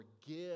forgive